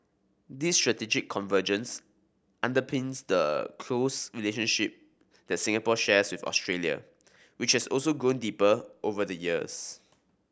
this strategic convergence underpins the close relationship that Singapore shares with Australia which has grown deeper over the years